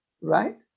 right